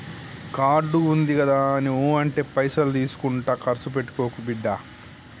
card ఉందిగదాని ఊ అంటే పైసలు తీసుకుంట కర్సు పెట్టుకోకు బిడ్డా